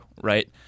right